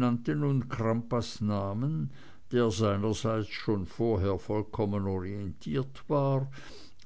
nannte nun crampas namen der seinerseits schon vorher vollkommen orientiert war